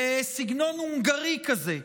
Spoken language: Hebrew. בסגנון הונגרי כזה,